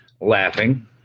laughing